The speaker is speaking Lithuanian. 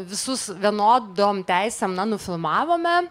visus vienodom teisėm na nufilmavome